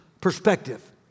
perspective